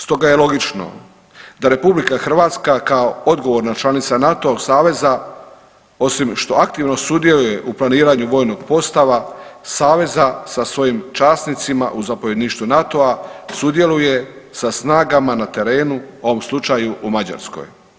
Stoga je logično da RH kao odgovorna članica NATO saveza osim što aktivno sudjeluje u planiranju vojnog postava saveza sa svojim časnicima u zapovjedništvu NATO-a sudjeluje sa snagama na terenu u ovom slučaju u Mađarskoj.